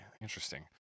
Interesting